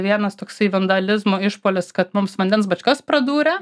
vienas toksai vandalizmo išpuolis kad mums vandens bačkas pradūrė